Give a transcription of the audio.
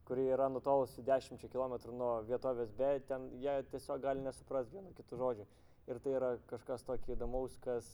kuri yra nutolusi dešimčia kilometrų nuo vietovės be ten jie tiesiog gali nesuprast vieno kito žodžio ir tai yra kažkas tokio įdomaus kas